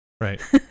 Right